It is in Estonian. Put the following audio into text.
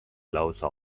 lausa